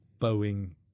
Boeing